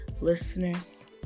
Listeners